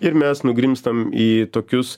ir mes nugrimztam į tokius